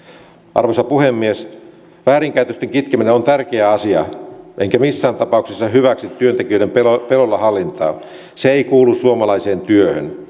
arvoisa puhemies väärinkäytösten kitkeminen on tärkeä asia enkä missään tapauksessa hyväksy työntekijöiden pelolla pelolla hallintaa se ei kuulu suomalaiseen työhön